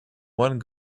one